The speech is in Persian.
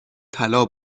طلا